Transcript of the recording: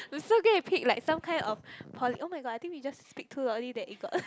I'm so gonna pick like some kind of pol~ oh-my-god I think we just speak too loudly that it got